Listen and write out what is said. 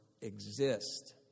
exist